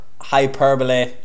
Hyperbole